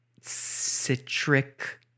citric